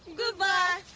goodbye,